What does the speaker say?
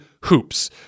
HOOPS